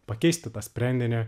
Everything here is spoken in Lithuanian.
pakeisti tą sprendinį